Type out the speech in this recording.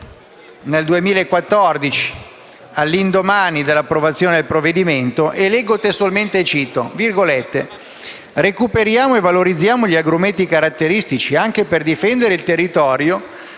nel 2014, all'indomani dell'approvazione del provvedimento. Leggo testualmente: «"Recuperiamo e valorizziamo gli agrumeti caratteristici anche per difendere il territorio